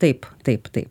taip taip taip